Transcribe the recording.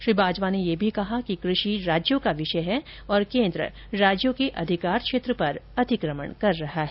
श्री बाजवा ने ये भी कहा कि कृषि राज्यों का विषय है और केन्द्र राज्यों के अधिकार क्षेत्र पर अतिक्रमण कर रहा है